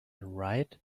right